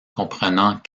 comprenant